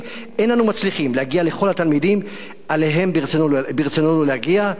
אין אנו מצליחים להגיע לכל התלמידים שאליהם ברצוננו להגיע.